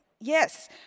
Yes